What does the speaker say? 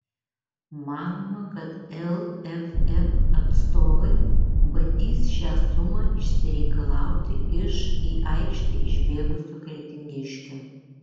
manoma kad lff atstovai bandys šią sumą išsireikalauti iš į aikštę išbėgusio kretingiškio